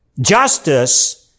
Justice